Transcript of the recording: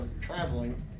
traveling